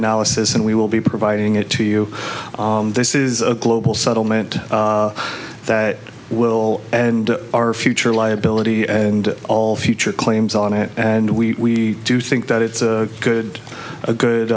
analysis and we will be providing it to you this is a global settlement that will and our future liability and all future claims on it and we do think that it's a good a